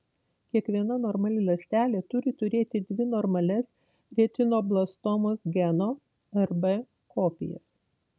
kiekviena normali ląstelė turi turėti dvi normalias retinoblastomos geno rb kopijas